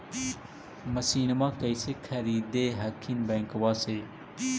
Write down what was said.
मसिनमा कैसे खरीदे हखिन बैंकबा से?